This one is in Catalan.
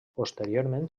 posteriorment